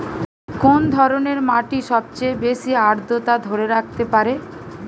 কোন ধরনের মাটি সবচেয়ে বেশি আর্দ্রতা ধরে রাখতে পারে?